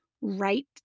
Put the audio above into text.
right